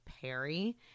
Perry